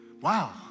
Wow